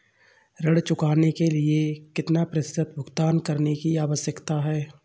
ऋण चुकाने के लिए कितना प्रतिशत भुगतान करने की आवश्यकता है?